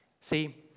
See